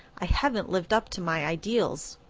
i haven't lived up to my ideals.